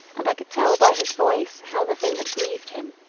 and i could tell by his voice how the thing had grieved him.